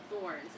thorns